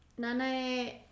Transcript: Nanae